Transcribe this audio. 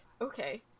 okay